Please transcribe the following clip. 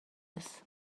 this